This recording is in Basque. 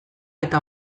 eta